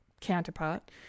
counterpart